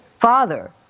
father